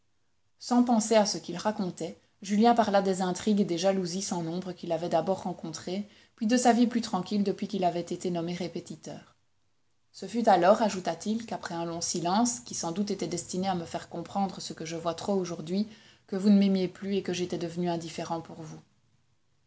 sans penser à ce qu'il racontait julien parla des intrigues et des jalousies sans nombre qu'il avait d'abord rencontrées puis de sa vie plus tranquille depuis qu'il avait été nommé répétiteur ce fut alors ajouta-t-il qu'après un long silence qui sans doute était destiné à me faire comprendre ce que je vois trop aujourd'hui que vous ne m'aimiez plus et que j'étais devenu indifférent pour vous